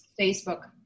Facebook